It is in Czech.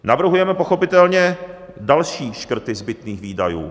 Navrhujeme pochopitelně další škrty zbytných výdajů.